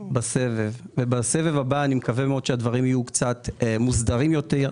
בסבב הבא אני מקווה שהדברים יהיו קצת מוסדרים יותר,